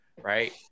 Right